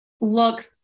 look